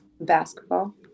Basketball